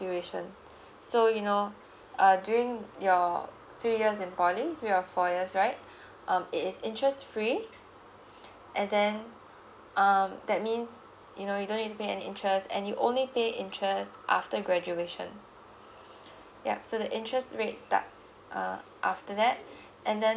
duration so you know uh during your three years in poly three or four years right um it is interest free and then um that means you know you don't need to pay any interest and you only pay interest after graduation yup so the interest rate starts uh after that and then